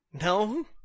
No